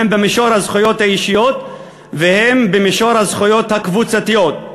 הן במישור הזכויות האישיות והן במישור הזכויות הקבוצתיות.